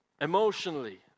emotionally